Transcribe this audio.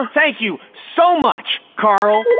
um thank you so much carl!